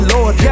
Lord